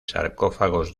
sarcófagos